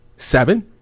Seven